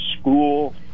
school